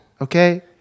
Okay